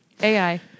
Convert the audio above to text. AI